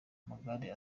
amagare